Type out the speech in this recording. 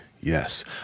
yes